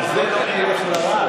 על זה לא נלך לרב.